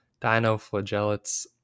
dinoflagellates